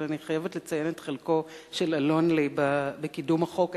אבל אני חייבת לציין את חלקו של אלון-לי בקידום החוק,